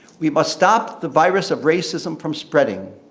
we must stop the virus of racism from spreading.